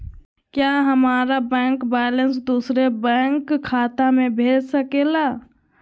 क्या हमारा bank balance दूसरे बैंक खाता में भेज सके ला?